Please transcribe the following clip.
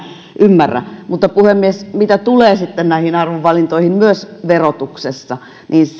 ymmärrä mutta puhemies mitä tulee näihin arvovalintoihin myös verotuksessa niin